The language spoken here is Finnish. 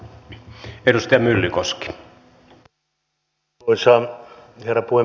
arvoisa herra puhemies